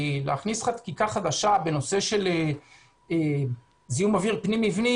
כי להכניס חקיקה חדשה בנושא של זיהום אוויר פנים מבני,